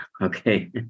okay